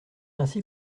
ainsi